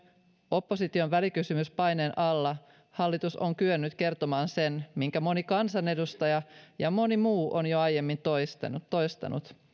opposition välikysymyspaineen alla hallitus on kyennyt kertomaan sen minkä moni kansanedustaja ja moni muu on jo aiemmin toistanut toistanut